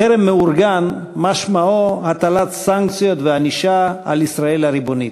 חרם מאורגן משמעו הטלת סנקציות וענישה על ישראל הריבונית.